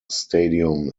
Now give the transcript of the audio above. stadium